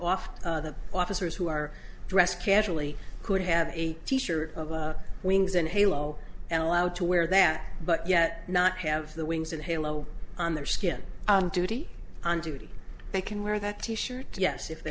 off the officers who are dressed casually could have a t shirt of wings and a halo and allowed to wear that but yet not have the wings and a halo on their skin on duty on duty they can wear that t shirt yes if the